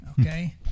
Okay